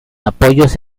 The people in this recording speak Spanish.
apoyos